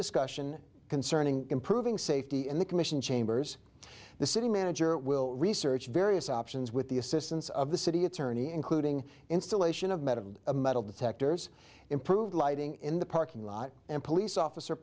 discussion concerning improving safety in the commission chambers the city manager will research various options with the assistance of the city attorney including installation of metal and a metal detectors improved lighting in the parking lot and police officer